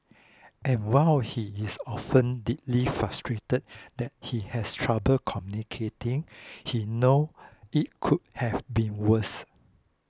and while he is often deeply frustrated that he has trouble communicating he knows it could have been worse